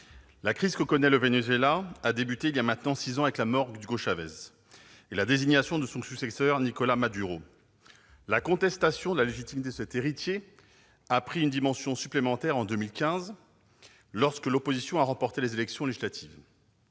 La crise que connaît le Venezuela a éclaté il y a maintenant six ans, avec la mort d'Hugo Chávez et la désignation de son successeur Nicolás Maduro. La contestation de la légitimité de cet héritier a pris une dimension supplémentaire en 2015, lorsque l'opposition a remporté les élections législatives.